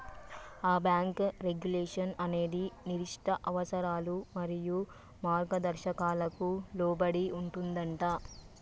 ఆ bank regulation అనేది నిర్దిష్ట అవసరాలు మరియు మార్గదర్శకాలకు లోబడి ఉంటుందంటా